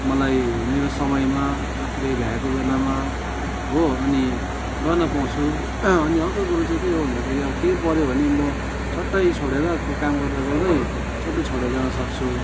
मलाई मेरो समयमा आफूले भ्याएको बेलामा हो अनि गर्न पाउँछु अनि अर्को कुरा चाहिँ के हो भन्दाखेरि केही पऱ्यो भने म झट्टै छोडेर काम गर्दागर्दै छ्ट्ट छोडेर जान सक्छु